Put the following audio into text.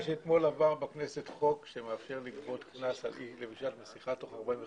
שאתמול עבר בכנסת חוק שמאפשר לגבות קנס על אי לבישת מסכה תוך 45 יום.